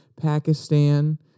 Pakistan